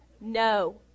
no